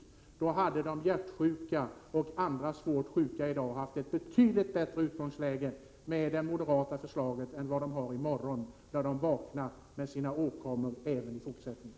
Med det moderata förslaget hade de hjärtsjuka och andra svårt sjuka i dag fått ett betydligt bättre utgångsläge än de har i morgon när de vaknar och får ha sina åkommor kvar även i fortsättningen.